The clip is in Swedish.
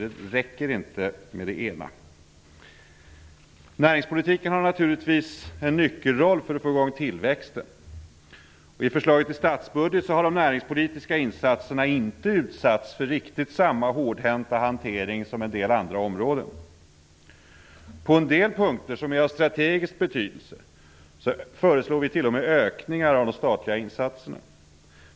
Det räcker inte med det ena. Näringspolitiken har naturligtvis en nyckelroll för att få igång tillväxten. I förslaget till statsbudget har de näringspolitiska insatserna inte utsatts för riktigt samma hårdhänta hantering som en del andra områden. På en del punkter som är av strategisk betydelse föreslår vi t.o.m. ökningar av de statliga insaterna.